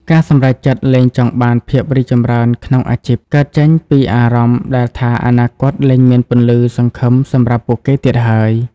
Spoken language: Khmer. ការសម្រេចចិត្តលែងចង់បានភាពរីកចម្រើនក្នុងអាជីព កើតចេញពីអារម្មណ៍ដែលថាអនាគតលែងមានពន្លឺសង្ឃឹមសម្រាប់ពួកគេទៀតហើយ។